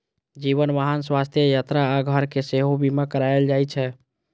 जीवन, वाहन, स्वास्थ्य, यात्रा आ घर के सेहो बीमा कराएल जाइ छै